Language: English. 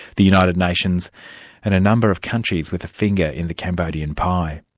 the united nations and a number of countries with a finger in the cambodian pie.